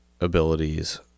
abilities